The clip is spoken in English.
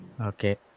Okay